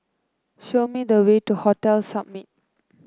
show me the way to Hotel Summit